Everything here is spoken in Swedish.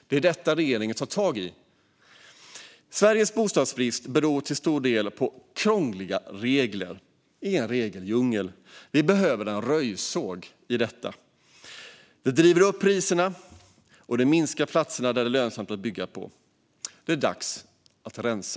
Det är detta regeringen tar tag i. Sveriges bostadsbrist beror till stor del på krångliga regler. Det är en regeldjungel som driver upp priserna och minskar antalet platser där det är lönsamt att bygga. Vi behöver en röjsåg i detta. Det är dags att rensa.